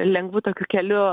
lengvu tokiu keliu